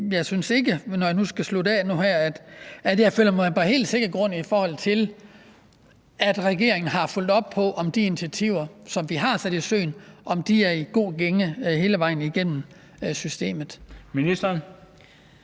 afslutning, at jeg føler mig på helt sikker grund, i forhold til om regeringen har fulgt op på, om de initiativer, som vi har sat i søen, er i god gænge hele vejen igennem systemet. Kl.